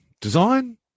Design